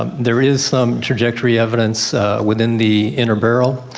um there is some trajectory evidence within the inner barrel